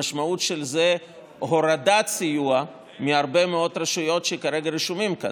המשמעות של זה היא הורדת סיוע מהרבה מאוד רשויות שכרגע רשומות כאן,